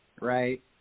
right